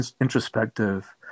introspective